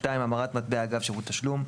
המרת מטבע אגב שירותי תשלום,